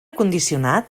condicionat